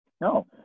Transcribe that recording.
No